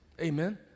Amen